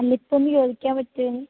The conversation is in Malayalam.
അല്ല ഇപ്പോഴൊന്ന് ചോദിക്കാൻ പറ്റുമോ